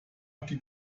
die